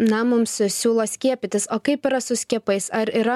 na mums siūlo skiepytis o kaip yra su skiepais ar yra